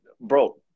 bro